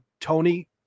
Tony